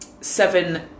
Seven